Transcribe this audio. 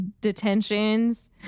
detentions